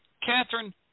Catherine